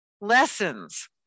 lessons